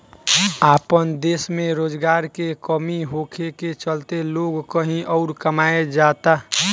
आपन देश में रोजगार के कमी होखे के चलते लोग कही अउर कमाए जाता